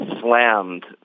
Slammed